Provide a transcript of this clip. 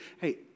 hey